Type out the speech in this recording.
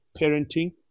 parenting